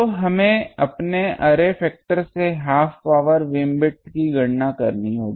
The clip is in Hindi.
तो हमें अपने अर्रे फैक्टर से हाफ पॉवर बीमविद्थ की गणना करनी होगी